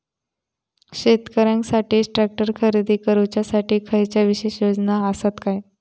शेतकऱ्यांकसाठी ट्रॅक्टर खरेदी करुच्या साठी खयच्या विशेष योजना असात काय?